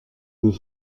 deux